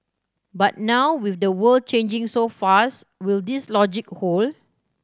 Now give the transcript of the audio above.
but now with the world changing so fast will this logic hold